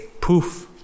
poof